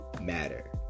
matter